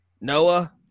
Noah